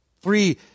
three